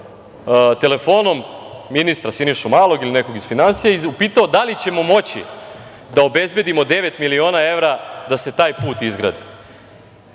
telefonom ministra Sinišu Malog ili nekog iz finansija i pitao da li ćemo moći da obezbedimo devet miliona evra da se taj put izgradi?